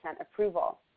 approval